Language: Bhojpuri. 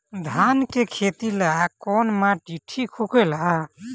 धान के खेती ला कौन माटी ठीक होखेला?